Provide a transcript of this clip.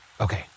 Okay